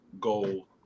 goal